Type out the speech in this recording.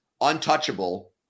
untouchable